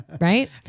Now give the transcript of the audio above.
right